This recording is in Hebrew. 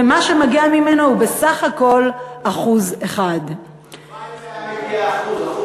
ומה שמגיע ממנו הוא בסך הכול 1%. הלוואי שהיה מגיע 1%,